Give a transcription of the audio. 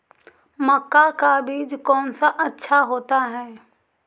मक्का का बीज कौन सा अच्छा होता है?